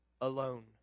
alone